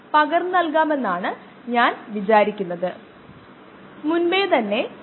ഇതര ദ്രാവക ഇന്ധനങ്ങൾ പോലുള്ളവ ബയോ എത്തനോൾ ബയോ ഡീസൽ